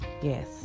Yes